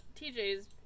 TJ's